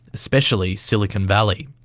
especially silicon valley.